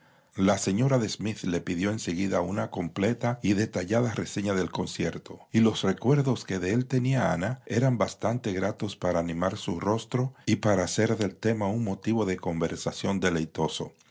la señora de smith le pidió en seguida una completa y detallada reseña del concierto y los recuerdos que de él tenía ana eran bastante gratos para animar su rostro y para hacer del tema un motivo de conversación deleitoso